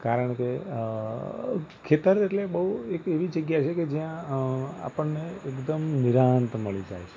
કારણ કે ખેતર એટલે બહુ એક એવી જગ્યા છે કે જ્યાં આપણને એકદમ નિરાંત મળી જાય છે